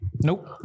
Nope